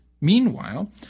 Meanwhile